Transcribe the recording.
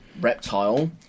reptile